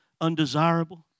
undesirable